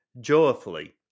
joyfully